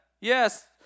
Yes